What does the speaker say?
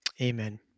Amen